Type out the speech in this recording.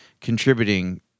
contributing